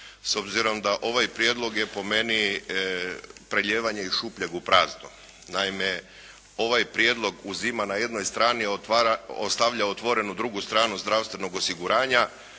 S obzirom da ovaj Prijedlog je po meni prelijevanje iz šupljeg u prazno. Naime, ovaj Prijedlog uzima na jednoj strani, a ostavlja otvorenu drugu stranu zdravstvenog osiguranja